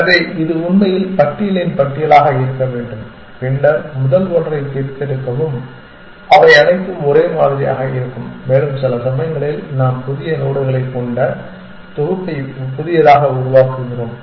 எனவே இது உண்மையில் பட்டியலின் பட்டியலாக இருக்க வேண்டும் பின்னர் முதல் ஒன்றைப் பிரித்தெடுக்கவும் அவை அனைத்தும் ஒரே மாதிரியாக இருக்கும் மேலும் சில சமயங்களில் நாம் புதிய நோடுகளைக் கொண்ட தொகுப்பை புதியதாக உருவாக்குகிறோம்